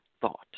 thought